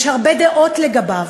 יש הרבה דעות לגביו,